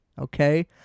Okay